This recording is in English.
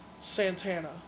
Santana